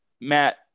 Matt